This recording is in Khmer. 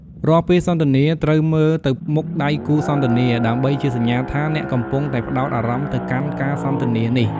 រាល់ពេលសន្ទនា ត្រូវមើលទៅមុខដៃគូសន្ទនា ដើម្បីជាសញ្ញាថា អ្នកកំពុងតែផ្តោតអារម្មណ៍ទៅកាន់ការសន្ទនានេះ។